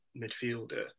midfielder